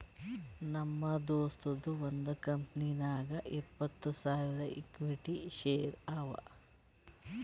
ನಮ್ ದೋಸ್ತದು ಒಂದ್ ಕಂಪನಿನಾಗ್ ಇಪ್ಪತ್ತ್ ಸಾವಿರ ಇಕ್ವಿಟಿ ಶೇರ್ ಅವಾ